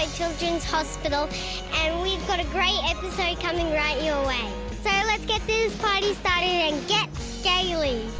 and children's hospital and we've got a great episode coming right your way. so let's get this party started and get scaley.